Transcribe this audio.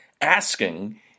asking